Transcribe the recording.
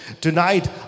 tonight